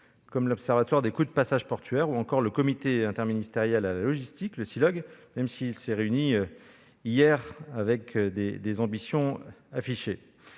comme l'Observatoire des coûts de passage portuaire ou encore le comité interministériel de la logistique (Cilog), même si ce dernier s'est réuni hier avec des ambitions affichées.